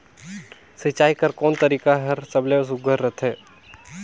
सिंचाई कर कोन तरीका हर सबले सुघ्घर रथे?